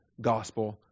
gospel